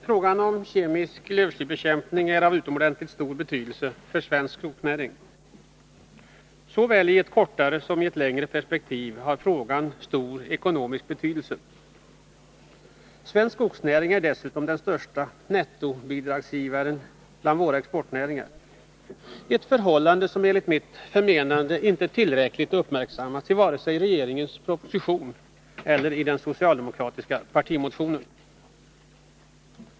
Fru talman! Frågan om lövslybekämpning är av utomordentligt stor betydelse för svensk skogsnäring. Såväl i ett kortare som i ett längre perspektiv har frågan stor ekonomisk betydelse. Svensk skogsnäring är dessutom den största nettobidragsgivaren bland våra exportnäringar, ett förhållande som enligt mitt förmenande inte tillräckligt har uppmärksammats i vare sig propositionen eller den socialdemokratiska partimotionen.